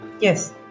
Yes